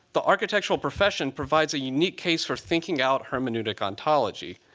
the architectural profession provides a unique case for thinking out hermeneutic ontology,